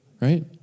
right